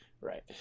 Right